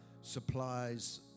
supplies